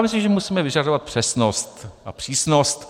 Myslím, že musíme vyžadovat přesnost a přísnost.